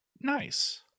nice